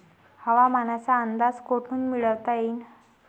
हवामानाचा अंदाज कोठून मिळवता येईन?